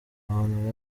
abantu